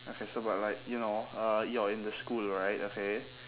okay so but like you know uh you're in the school right okay